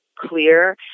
clear